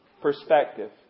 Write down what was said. Perspective